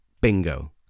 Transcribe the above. Bingo